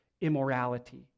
immorality